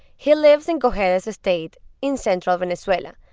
he lives in cojedes state in central venezuela.